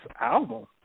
album